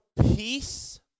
peace